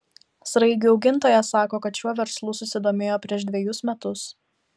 sraigių augintojas sako kad šiuo verslu susidomėjo prieš dvejus metus